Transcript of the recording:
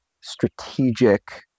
strategic